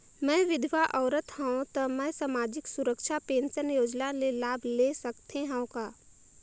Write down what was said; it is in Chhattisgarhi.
मैं विधवा औरत हवं त मै समाजिक सुरक्षा पेंशन योजना ले लाभ ले सकथे हव का?